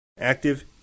active